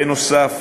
בנוסף,